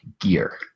gear